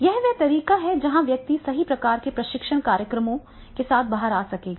यह वह तरीका है जहां व्यक्ति सही प्रकार के प्रशिक्षण कार्यक्रमों के साथ बाहर आ सकेगा